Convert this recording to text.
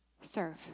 Serve